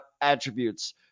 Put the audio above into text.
attributes